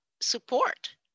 support